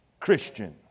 Christian